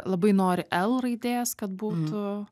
labai nori l raidės kad būtų